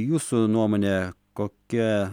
jūsų nuomone kokia